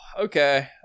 okay